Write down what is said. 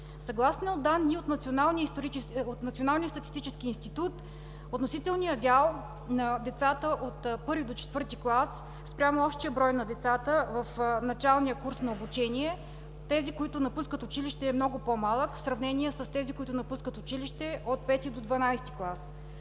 Съгласно данни от Националния статистически институт относителният дял на децата от първи до четвърти клас спрямо общия брой на децата в началния курс на обучение, броят на тези, които напускат училище, е много по-малък в сравнение с тези, които напускат училища от пети до 12 клас.